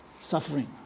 suffering